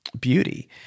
beauty